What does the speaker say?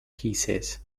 pieces